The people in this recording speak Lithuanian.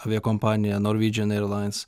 aviakompanija norwegian airlines